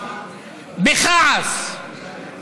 בכעס,